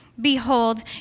behold